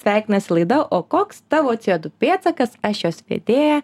sveikinasi laida o koks tavo cė du pėdsakas aš jos vedėja